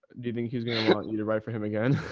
do you think he's going to want you to write for him again?